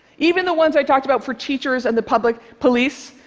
even the ones i talked about for teachers and the public police,